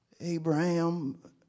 Abraham